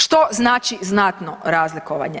Što znači znatno razlikovanje?